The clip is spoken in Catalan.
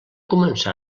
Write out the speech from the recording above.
començà